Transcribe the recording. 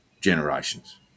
generations